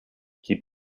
keep